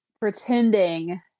pretending